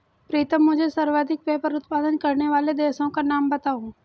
प्रीतम मुझे सर्वाधिक पेपर उत्पादन करने वाले देशों का नाम बताओ?